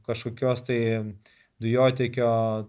kažkokios tai ant dujotiekio